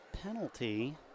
penalty